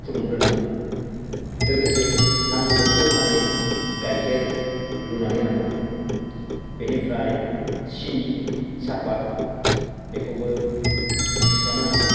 फुदुंग्रोनांगौ लोगोसे नांगौ बादि ज'खानि गाइखेर लुनानै होनांगौ बेनिफ्राय सिनि सापात बेखौबो मिक्स खालामना होनांगौ